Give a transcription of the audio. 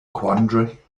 quandary